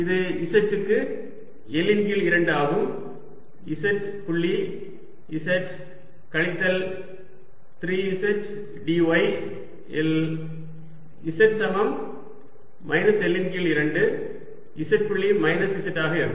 இது z க்கு L இன் கீழ் 2 ஆகும் z புள்ளி z கழித்தல் 3 z dy இல் z சமம் மைனஸ் L இன் கீழ் 2 z புள்ளி மைனஸ் z ஆக இருக்கும்